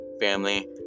family